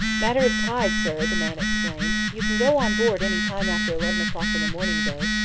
matter of tide, sir, the man explained. you can go on board any time after eleven o'clock in the morning, though.